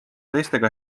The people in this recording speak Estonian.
teistega